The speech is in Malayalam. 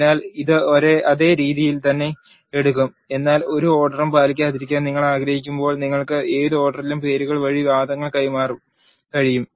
അതിനാൽ ഇത് അതേ രീതിയിൽ തന്നെ എടുക്കും എന്നാൽ ഒരു ഓർഡറും പാലിക്കാതിരിക്കാൻ നിങ്ങൾ ആഗ്രഹിക്കുമ്പോൾ നിങ്ങൾക്ക് ഏത് ഓർഡറിലും പേരുകൾ വഴി വാദങ്ങൾ കൈമാറാൻ കഴിയും